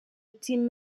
tim